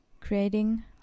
creating